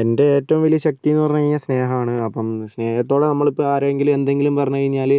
എൻ്റെ ഏറ്റവും വലിയ ശക്തിയെന്ന് പറഞ്ഞുകഴിഞ്ഞാൽ സ്നേഹമാണ് അപ്പം സ്നേഹത്തോടെ നമ്മൾ ആരെങ്കിലും എന്തെങ്കിലും പറഞ്ഞുകഴിഞ്ഞാൽ